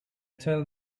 tell